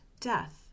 death